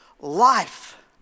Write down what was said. life